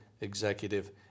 executive